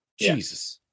Jesus